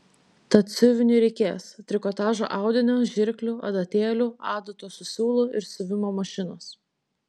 tad siuviniui reikės trikotažo audinio žirklių adatėlių adatos su siūlu ir siuvimo mašinos